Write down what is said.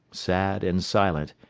sad and silent,